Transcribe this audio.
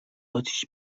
آتیش